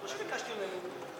כל מה שביקשתי ממנו,